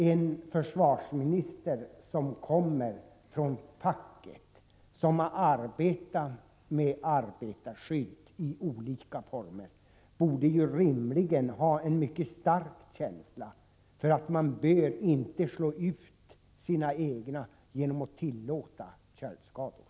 En försvarsminister som kommer från facket som har arbetat med arbetarskydd i olika former, borde rimligen ha en mycket stark känsla för att man inte bör slå ut sina egna genom att tillåta köldskador.